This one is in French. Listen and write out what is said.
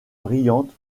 brillante